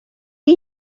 chi